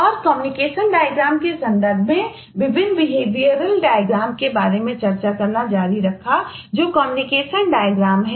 और communication diagram है